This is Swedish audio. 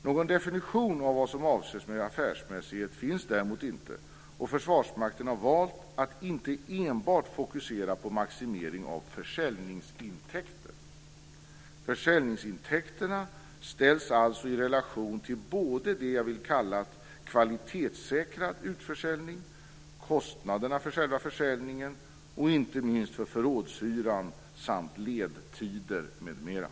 Någon definition av vad som avses med affärsmässighet finns däremot inte, och Försvarsmakten har valt att inte enbart fokusera på maximering av försäljningsintäkter. Försäljningsintäkterna ställs i relation till både det jag vill kalla kvalitetssäkrad utförsäljning, kostnaderna för själva försäljningen och inte minst för förrådshyran samt ledtider m.m.